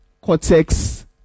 cortex